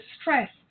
stress